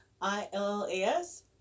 I-L-L-A-S